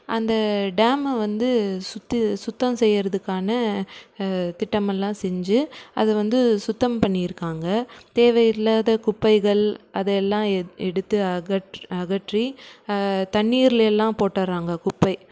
அந்த டேமை வந்து சுத்தம் செய்கிறதுக்கான திட்டமெல்லாம் செஞ்சு அதை வந்து சுத்தம் பண்ணியிருக்காங்க தேவையில்லாத குப்பைகள் அதையெல்லாம் எடுத்து அகற்றி அகற்றி தண்ணீரில் எல்லாம் போட்டுடறாங்க குப்பை